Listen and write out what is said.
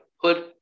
put